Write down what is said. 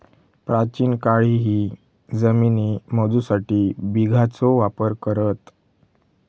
प्राचीन काळीही जमिनी मोजूसाठी बिघाचो वापर करत